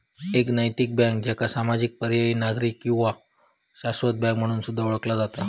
एक नैतिक बँक, ज्याका सामाजिक, पर्यायी, नागरी किंवा शाश्वत बँक म्हणून सुद्धा ओळखला जाता